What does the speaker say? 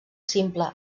simple